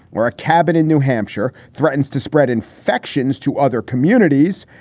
where a cabin in new hampshire threatens to spread infections to other communities,